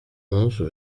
onze